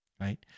Right